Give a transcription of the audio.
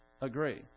agree